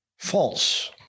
False